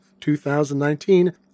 2019